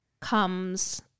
comes